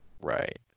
Right